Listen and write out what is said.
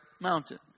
mountain